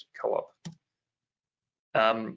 co-op